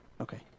Okay